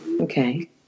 Okay